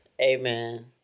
Amen